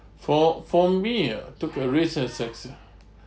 for for me ah took a risk and succeed